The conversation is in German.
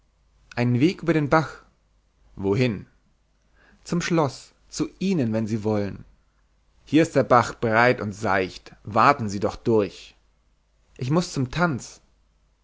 einen weg über den bach wohin zum schloß zu ihnen wenn sie wollen hier ist der bach breit und seicht waten sie doch durch ich muß zum tanz